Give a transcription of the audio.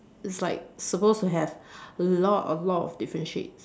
it's like suppose to have a lot a lot of different shades